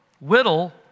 Whittle